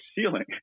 ceiling